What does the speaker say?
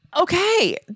Okay